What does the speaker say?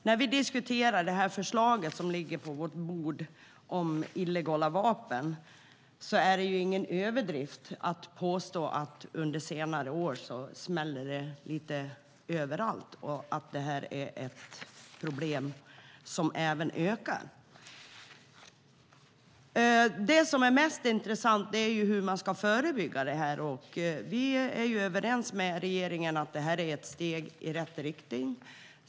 Angående det förslag om illegala vapen som vi diskuterar och som ligger på våra bord är det ingen överdrift att påstå att det under senare år smällt lite överallt och att problemet ökar. Mest intressant är hur man ska förebygga här. Vi är överens med regeringen om att det som nu föreslås är ett steg i rätt riktning.